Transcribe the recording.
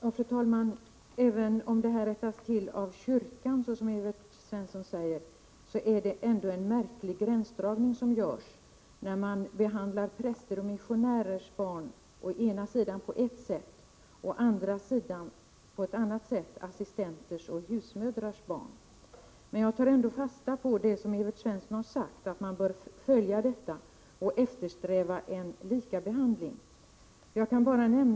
Fru talman! Även om den här frågan kommer att lösas inom svenska kyrkan, som Evert Svensson säger, är det ändå en märklig gränsdragning som görs när man behandlar prästers och missionärers barn på ett sätt och assistenters och husmödrars barn på ett annat sätt. Jag tar ändå fasta på vad Evert Svensson har sagt, nämligen att man bör följa den här frågan och eftersträva en likabehandling.